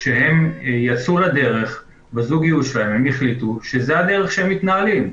כשהם יצאו לדרך בזוגיות שלהם הם החליטו שזו הדרך שהם מתנהלים.